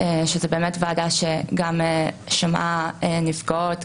שזאת באמת ועדה שגם שמעה נפגעות,